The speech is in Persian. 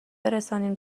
برسانیم